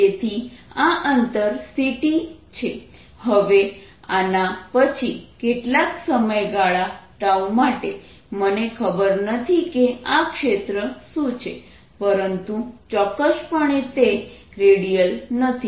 તેથી આ અંતર c t છે હવે આના પછી કેટલાક સમયગાળા માટે મને ખબર નથી કે આ ક્ષેત્ર શું છે પરંતુ ચોક્કસપણે તે રેડિયલ નથી